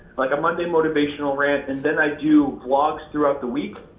like a monday motivational rant, and then i do vlogs throughout the week.